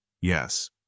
yes